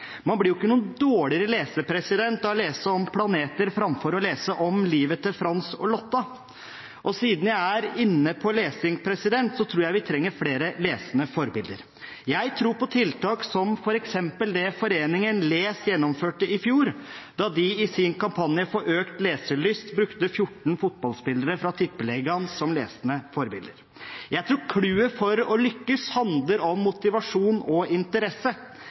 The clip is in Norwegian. Man blir jo ikke noen dårligere leser av å lese om planeter framfor å lese om livet til Frans og Lotta. Siden jeg er inne på lesing: Jeg tror vi trenger flere lesende forbilder. Jeg tror på tiltak som f.eks. det Foreningen !les gjennomførte i fjor, da de i sin kampanje for økt leselyst brukte 14 fotballspillere fra Tippeligaen som lesende forbilder. Jeg tror «cluet» for å lykkes handler om motivasjon og interesse